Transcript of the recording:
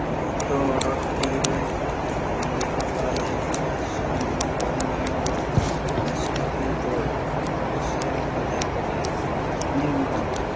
ଗତ ଅର୍ଡ଼ର୍ଟିରେ ଉଲ୍ଲେଖ କରାଯାଇଥିବା ସମ ପରିମାଣର ନେସ୍କ୍ୟାଫେ ଗୋଲ୍ଡ୍ ଅସଲ ଭଜା କଫି ପୁଣି ମଗାନ୍ତୁ